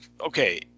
okay